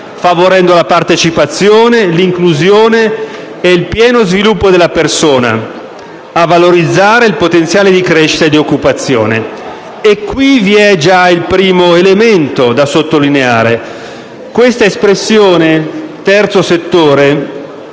favorendo la partecipazione, l'inclusione e il pieno sviluppo della persona, a valorizzare il potenziale di crescita e occupazione. Qui vi è già il primo elemento da sottolineare. Quest'espressione, terzo settore,